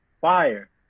fire